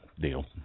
deal